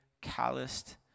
calloused